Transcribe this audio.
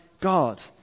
God